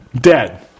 dead